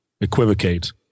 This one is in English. equivocate